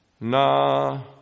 na